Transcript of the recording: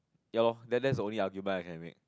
ya lor that that's the only argument I can make